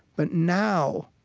but, now,